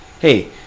Hey